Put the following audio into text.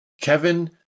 Kevin